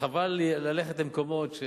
וחבל לי ללכת למקומות,